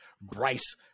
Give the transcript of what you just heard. Bryce